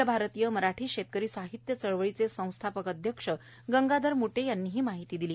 अखिल भारतीय मराठी शेतकरी साहित्य चळवळीचे संस्थापक अध्यक्ष गंगाधर म्टे यांनी ही माहिती दिली